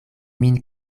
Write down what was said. min